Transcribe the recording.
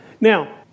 Now